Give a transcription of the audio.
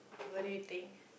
what do you think